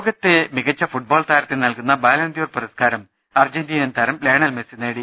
ലോകത്തെ മികച്ച ഫുട്ബോൾ ്താരത്തിന് നൽകുന്ന ബാലൺദ്യോർ പുരസ്കാരം അർജന്റീനിയൻ താരം ലയണൽ മെസ്സി നേടി